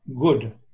good